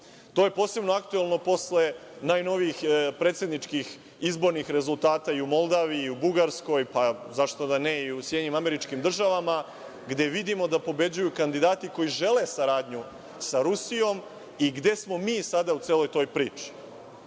To je posebno aktuelno posle najnovijih predsedničkih izbornih rezultata i u Moldaviji i u Bugarskoj, pa zašto da ne i u SAD, gde vidimo da pobeđuju kandidati koji žele saradnju sa Rusijom i gde smo mi sada u celoj toj priči. Dakle,